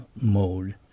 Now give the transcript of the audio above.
mode